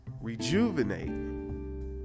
rejuvenate